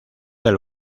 del